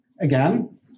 again